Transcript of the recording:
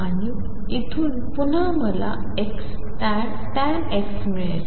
आणि इथून पुन्हा मला Xtan X मिळेल